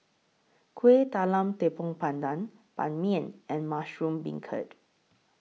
Kuih Talam Tepong Pandan Ban Mian and Mushroom Beancurd